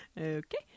okay